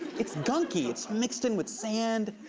it's gunky, it's mixed in with sand,